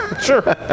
Sure